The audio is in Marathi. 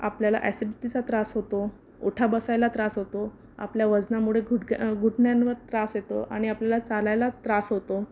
आपल्याला ऍसिडिटीचा त्रास होतो उठा बसायला त्रास होतो आपल्या वजनामुळे घुटग्या घुटण्यांवर त्रास येतो आणि आपल्याला चालायला त्रास होतो